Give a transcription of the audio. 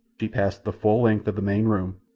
she passed the full length of the main room,